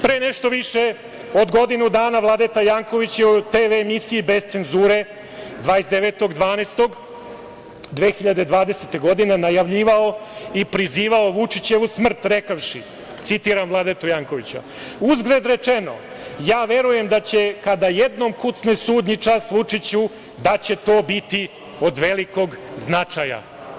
Pre nešto više od godinu dana Vladeta Janković je u TV emisiji „Bez cenzure“, 29. decembra 2020. godine najavljivao i prizivao Vučićevu smrt rekavši: „Uzgred rečeno, ja verujem da će, kada jednom kucne sudnji čas Vučiću, će to biti od velikog značaja“